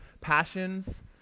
Passions